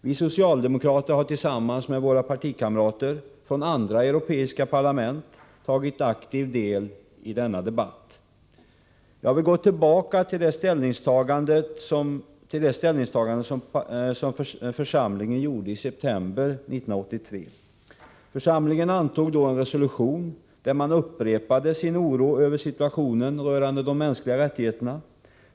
Vi socialdemokrater har tillsammans med våra partikamrater från andra europeiska parlament aktivt tagit del i denna debatt. Jag vill gå tillbaka till det ställningstagande som församlingen gjorde i september 1983. Församlingen antog då en resolution där man upprepade sin oro över situationen rörande de mänskliga rättigheterna.